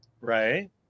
Right